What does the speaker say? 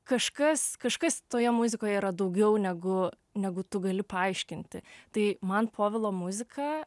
kažkas kažkas toje muzikoje yra daugiau negu negu tu gali paaiškinti tai man povilo muzika